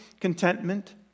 contentment